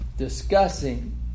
discussing